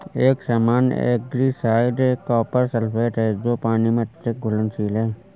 एक सामान्य algicide copper sulphate है जो पानी में अत्यधिक घुलनशील है